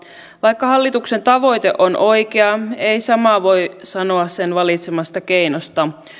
vaikka hallituksen tavoite on oikea ei samaa voi sanoa sen valitsemasta keinosta